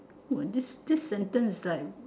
!wah! this this sentence is like